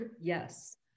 Yes